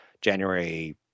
January